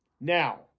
Now